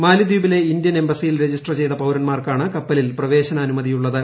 മാലിദ്വീപിലെ Indian എംബസിയിൽ register ചെയ്ത പൌരന്മാർക്കാണ് കപ്പലിൽ പ്രവേശനാനുമതിയുള്ളത്